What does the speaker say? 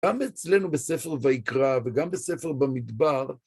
גם אצלנו בספר ויקרא, וגם בספר במדבר.